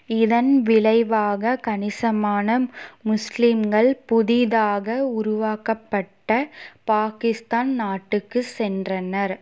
இதன் விளைவாக கணிசமான முஸ்லிம்கள் புதிதாக உருவாக்கப்பட்ட பாகிஸ்தான் நாட்டுக்குச் சென்றனர்